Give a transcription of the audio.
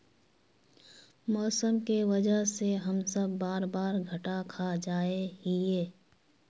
मौसम के वजह से हम सब बार बार घटा खा जाए हीये?